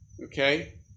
okay